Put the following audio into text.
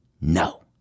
no